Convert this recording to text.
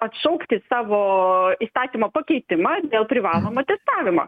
atšaukti savo įstatymo pakeitimą dėl privalomo testavimo